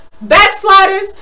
Backsliders